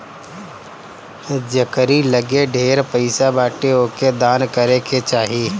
जेकरी लगे ढेर पईसा बाटे ओके दान करे के चाही